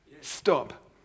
Stop